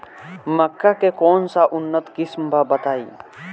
मक्का के कौन सा उन्नत किस्म बा बताई?